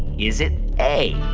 is it a,